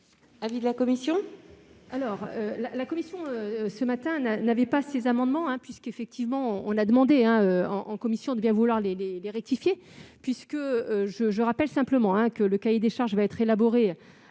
l'avis de la commission ?